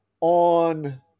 on